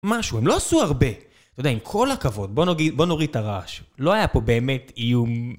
משהו, הם לא עשו הרבה. אתה יודע, עם כל הכבוד, בוא [נגיד] נוריד את הרעש. לא היה פה באמת איום...